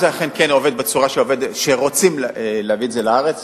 זה אכן כן עובד בצורה שרוצים להביא לארץ,